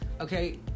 Okay